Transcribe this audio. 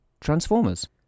Transformers